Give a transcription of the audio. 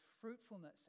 fruitfulness